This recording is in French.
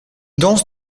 danse